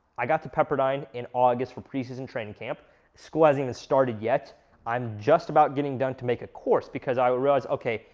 i got to pepperdine in august for pre-season training camp school hasn't even started yet i'm just about getting done to make a course because i would realize, okay,